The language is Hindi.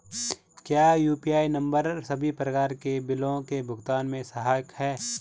क्या यु.पी.आई नम्बर सभी प्रकार के बिलों के भुगतान में सहायक हैं?